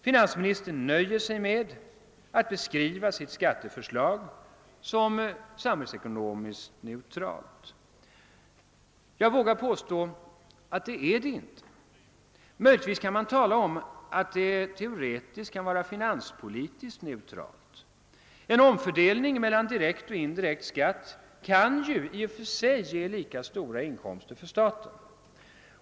Finansministern nöjer sig med att beskriva sitt skatteförslag som samhällsekonomiskt neutralt. Jag vågar påstå att det är det inte. Möjligtvis kan man tala om, att det teoretiskt kan vara budgetmässigt neutralt. En omfördelning mellan direkt och indirekt skatt kan ju i och för sig ge lika stora inkomster för staten.